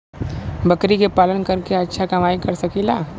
बकरी के पालन करके अच्छा कमाई कर सकीं ला?